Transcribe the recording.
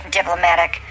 diplomatic